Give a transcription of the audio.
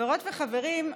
חברות וחברים,